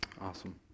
Awesome